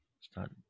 start